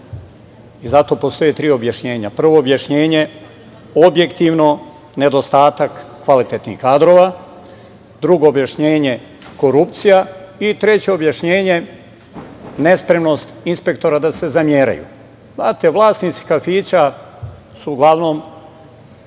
i za to postoje tri objašnjenja. Prvo objašnjenje - objektivno nedostatak kvalitetnih kadrova. Drugo objašnjenje - korupcija i treće objašnjenje - nespremnost inspektora da se zameraju. Znate, vlasnici kafića su uglavnom